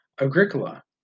Agricola